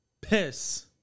Piss